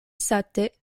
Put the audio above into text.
sate